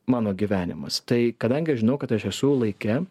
mano gyvenimas tai kadangi aš žinau kad aš esu laike